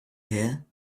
here